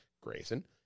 Grayson